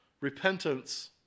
Repentance